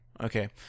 Okay